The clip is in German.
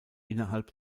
innerhalb